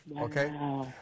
Okay